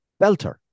Belter